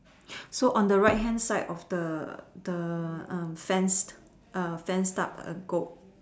so on the right hand side of the the um fenced fenced up a goat